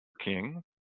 King